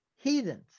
heathens